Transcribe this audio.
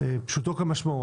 פשוטו כמשמעו.